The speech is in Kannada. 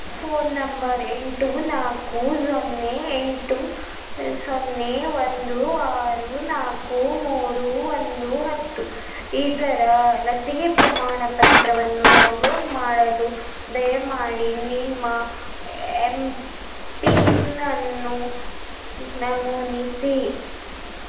ಫೋನ್ ನಂಬರ್ ಎಂಟು ನಾಲ್ಕು ಸೊನ್ನೆ ಎಂಟು ಸೊನ್ನೆ ಒಂದು ಆರು ನಾಲ್ಕು ಮೂರು ಒಂದು ಹತ್ತು ಇದರ ಲಸಿಕೆ ಪ್ರಮಾಣಪತ್ರವನ್ನು ಡೌನ್ಲೋಡ್ ಮಾಡಲು ದಯಮಾಡಿ ನಿಮ್ಮ ಎಂ ಪಿನ್ ಅನ್ನು ನಮೂನಿಸಿ